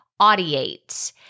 Audiate